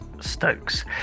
Stokes